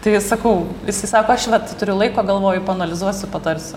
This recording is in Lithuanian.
tai sakau jisai sako aš vat turiu laiko galvoju paanalizuosiu patarsiu